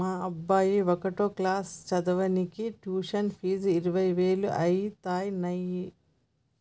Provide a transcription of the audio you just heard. మా అబ్బాయి ఒకటో క్లాసు చదవనీకే ట్యుషన్ ఫీజు ఇరవై వేలు అయితన్నయ్యి